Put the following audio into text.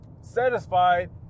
satisfied